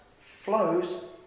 flows